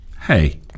Hey